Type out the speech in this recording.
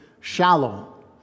shallow